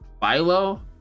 Philo